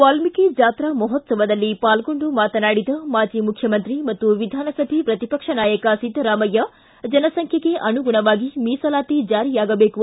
ವಾಲ್ಮೀಕಿ ಜಾತ್ರಾ ಮಹೋತ್ಸವದಲ್ಲಿ ಪಾಲ್ಗೊಂಡು ಮಾತನಾಡಿದ ಮಾಜಿ ಮುಖ್ಯಮಂತ್ರಿ ಮತ್ತು ವಿಧಾನಸಭೆ ಪ್ರತಿಪಕ್ಷ ನಾಯಕ ಸಿದ್ದರಾಮಯ್ಯ ಜನಸಂಖ್ಯೆಗೆ ಅನುಗುಣವಾಗಿ ಮೀಸಲಾತಿ ಜಾರಿಯಾಗಬೇಕು